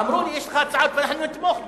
אמרו לי: יש לך הצעה ואנחנו נתמוך בה.